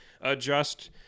adjust